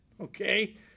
Okay